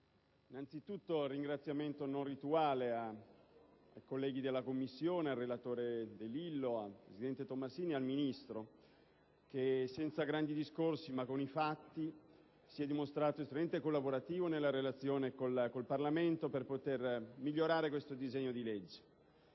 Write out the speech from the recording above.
Innanzitutto rivolgo un ringraziamento non rituale ai colleghi della Commissione, al relatore De Lillo, al presidente Tomassini e al Ministro il quale, senza grandi discorsi ma con i fatti, si è dimostrato estremamente collaborativo nella relazione con il Parlamento per poter migliorare il disegno di legge